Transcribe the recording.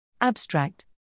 Abstract